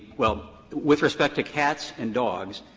well, with respect to cats and dogs,